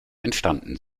entstanden